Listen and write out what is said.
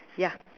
ya